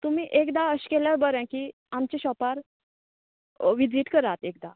तुमी एकदां अशें केल्यार बरें की आमच्या शाॅपार विजीट करात एकदां